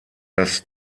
das